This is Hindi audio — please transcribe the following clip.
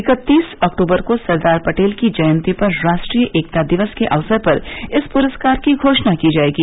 इक्कतीस अक्तुबर को सरदार पटेल की जयंती पर राष्ट्रीय एकता दिवस के अवसर पर इस पुरस्कार की घोषणा की जाएगी